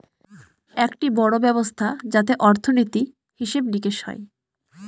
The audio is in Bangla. একটি বড়ো ব্যবস্থা যাতে অর্থনীতি, হিসেব নিকেশ হয়